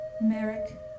Merrick